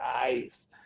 nice